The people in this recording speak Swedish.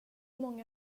många